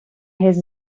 his